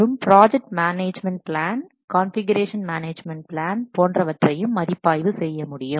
மற்றும் project management plan configuration management plan போன்றவற்றையும் மதிப்பாய்வு செய்ய முடியும்